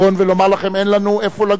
ולומר לכם: אין לנו איפה לגור.